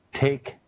take